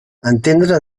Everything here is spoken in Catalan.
entendre